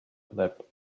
flap